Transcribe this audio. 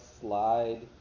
slide